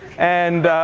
and,